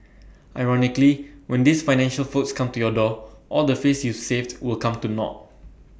ironically when these financial folks come to your door all the face you've saved will come to naught